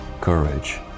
courage